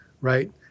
right